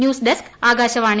news desk Akashvani